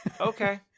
Okay